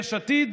יש עתיד